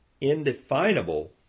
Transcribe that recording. indefinable